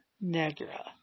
Negra